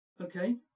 okay